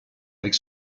avec